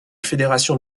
fédération